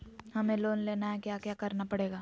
हमें लोन लेना है क्या क्या करना पड़ेगा?